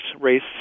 race